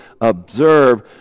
observe